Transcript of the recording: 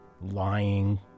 lying